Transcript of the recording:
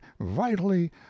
vitally